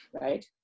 Right